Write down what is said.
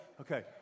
Okay